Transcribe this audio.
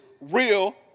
real